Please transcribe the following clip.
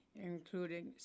including